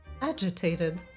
agitated